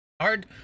hard